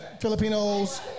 Filipinos